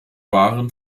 wahren